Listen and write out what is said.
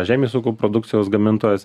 žemės ūkio produkcijos gamintojais